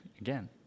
again